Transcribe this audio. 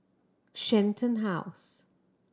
Shenton House